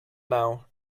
now